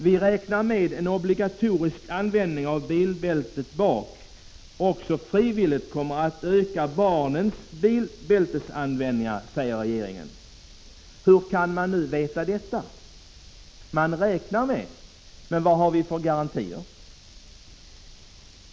Vi räknar med att en obligatorisk användning av bilbälte i baksätet kommer att öka också barnens frivilliga användande av bilbälte, säger regeringen. Hur kan man nu veta detta? Man räknar med det , men vad har vi för garantier?